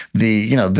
the you know,